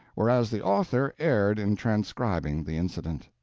whereas the author erred in transcribing the incident.